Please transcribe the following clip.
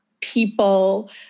People